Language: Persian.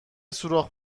سوراخ